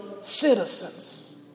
citizens